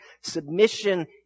submission